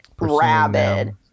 rabid